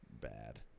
Bad